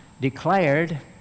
Declared